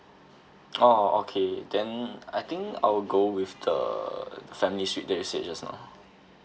oh okay then I think I'll go with the family suite that you said just now